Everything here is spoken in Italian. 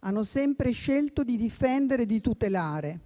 hanno sempre scelto di difendere e di tutelare,